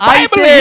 Bible